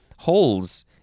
holes